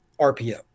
RPO